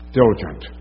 diligent